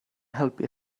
helpu